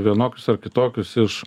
vienokius ar kitokius iš